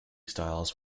styles